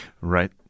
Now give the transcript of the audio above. Right